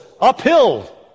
uphill